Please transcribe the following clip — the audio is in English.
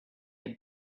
had